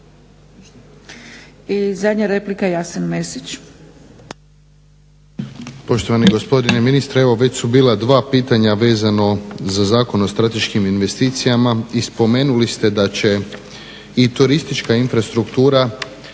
I zadnja replika Jasen Mesić.